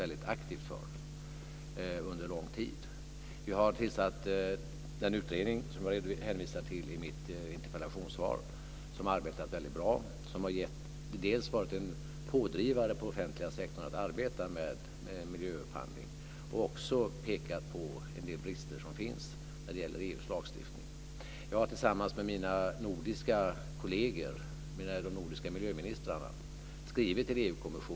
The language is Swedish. Sådana krav kan stimulera producenterna att börja använda bättre teknik och produkter. Vid en träff med näringslivets miljöchefer nyligen kom det på ett tydligt sätt fram att de var missnöjda med den offentliga sektorns upphandling. De menade att den offentliga sektorn är dåligt förberedd för att ställa bra och framåtsyftande krav. I de fall man ställer krav är man dålig på att se till att de följs. De menade att uppföljningen är nästintill obefintlig.